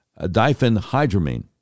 diphenhydramine